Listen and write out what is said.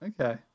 Okay